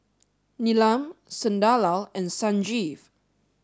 Neelam Sunderlal and Sanjeev